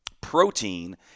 protein